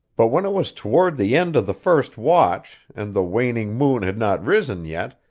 but when it was toward the end of the first watch, and the waning moon had not risen yet,